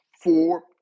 four